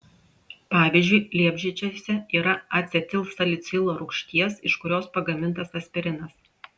pavyzdžiui liepžiedžiuose yra acetilsalicilo rūgšties iš kurios pagamintas aspirinas